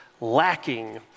lacking